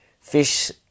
fish